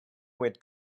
with